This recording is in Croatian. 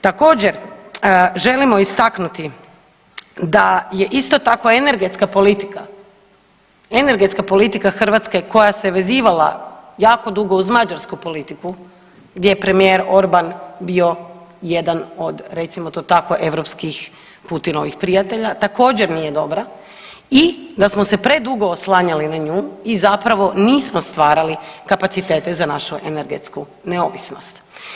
Također želimo istaknuti da je isto tako energetska politika, energetska politika Hrvatske koja se vezivala jako dugo uz mađarsku politiku gdje je premijer Orban bio jedan od recimo to tako europskih Putinovih prijatelja također nije dobra i da smo se predugo oslanjali na nju i zapravo nismo stvarali kapacitete za našu energetsku neovisnost.